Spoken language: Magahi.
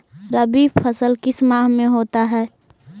रवि फसल किस माह में होता है?